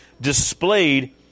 displayed